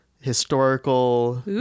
historical